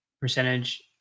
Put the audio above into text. percentage